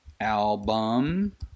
album